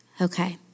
Okay